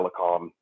telecom